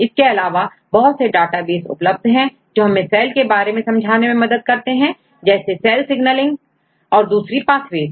इसके अलावा बहुत से डेटाबेस उपलब्ध है जो हमें सेल के बारे में समझने में मदद करते हैंजैसे सेल सिगनलिंग और दूसरी पाथवेज